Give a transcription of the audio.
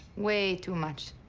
way too much.